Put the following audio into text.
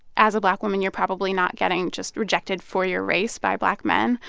as a black woman, you're probably not getting just rejected for your race by black men.